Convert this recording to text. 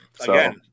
again